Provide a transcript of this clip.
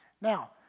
Now